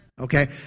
okay